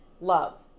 love